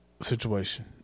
situation